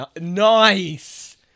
nice